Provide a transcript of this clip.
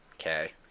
Okay